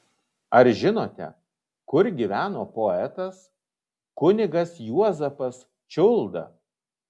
ar žinote kur gyveno poetas kunigas juozapas čiulda